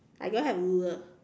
I don't have ruler